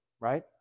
right